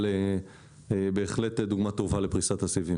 אבל בהחלט דוגמה טובה לפריסת הסיבים.